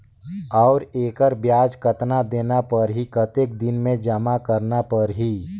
और एकर ब्याज कतना देना परही कतेक दिन मे जमा करना परही??